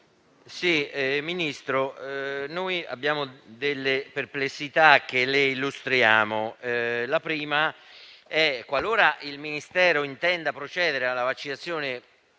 Ministro, noi abbiamo delle perplessità che le illustriamo. La prima riguarda l'eventualità che il Ministero intenda procedere alla vaccinazione,